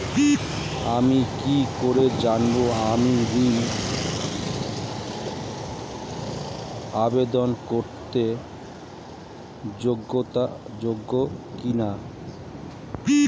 আমি কি করে জানব আমি ঋন আবেদন করতে যোগ্য কি না?